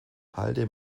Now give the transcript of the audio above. halde